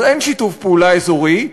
אז אין שיתוף פעולה אזורי,